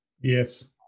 Yes